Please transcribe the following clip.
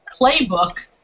playbook